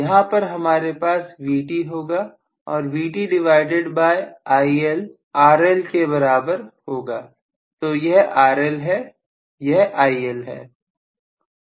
यहां पर हमारे पास Vt होगा और Vt divided by IL RL के बराबर होगा तो यह RL है यह IL है